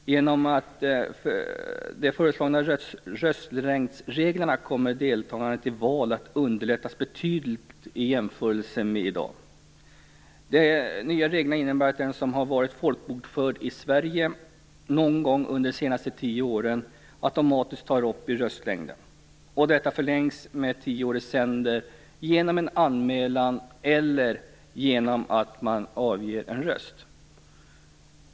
Genom de föreslagna röstlängdsreglerna kommer deltagande i val att underlättas betydligt i jämförelse med i dag. De nya reglerna innebär att den som har varit folkbokförd i Sverige någon gång under de senaste tio åren automatiskt tas upp i röstlängden. Detta förlängs med tio år i sänder genom en anmälan eller genom att man avger en röst.